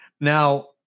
Now